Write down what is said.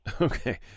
Okay